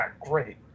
great